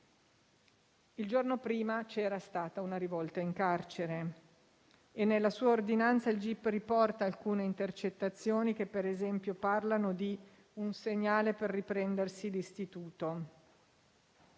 Il giorno prima c'era stata una rivolta in carcere e nella sua ordinanza il gip riporta alcune intercettazioni che - per esempio - parlano di un segnale per riprendersi l'istituto.